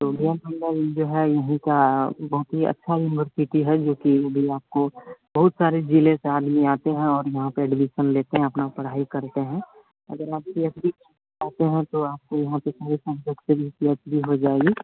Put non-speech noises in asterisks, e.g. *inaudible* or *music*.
तो B N Mandal जो है यहीं की बहुत ही अच्छी यूनिवर्सिटी है जोकि *unintelligible* आपको बहुत सारे जिले से आदमी आते हैं और यहाँ पर एडमिशन लेते हैं अपनी पढ़ाई करते हैं अगर आप पी एच डी करना चाहते हैं तो आपको वहाँ पर सारे सब्जेक्ट से भी पी एच डी हो जाएगी